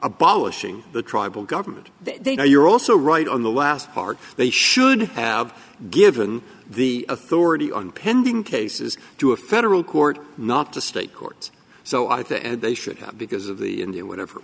abolishing the tribal government they are you're also right on the last part they should have given the authority on pending cases to a federal court not the state court so i think they should because of the india whatever